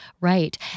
Right